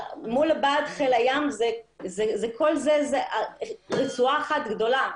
מול בה"ד חיל הים, זאת רצועה אחת גדולה.